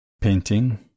painting